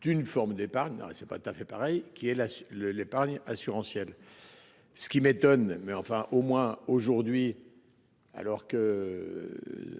D'une forme d'épargne. Non c'est pas tout à fait pareil qui est là le l'épargne assurantiel. Ce qui m'étonne, mais enfin au moins aujourd'hui. Alors qu'.